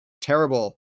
terrible